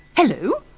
hello!